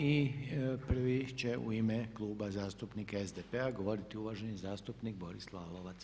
I prvi će u ime Kluba zastupnika SDP-a govoriti uvaženi zastupnik Boris Lalovac.